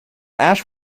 ash